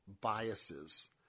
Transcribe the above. biases